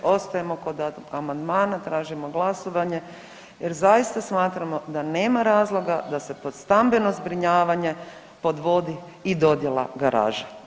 Ostajemo kod amandmana, tražimo glasovanje jer zaista smatramo da nema razloga da se pod stambeno zbrinjavanje podvodi i dodjela garaže.